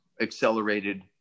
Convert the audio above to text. accelerated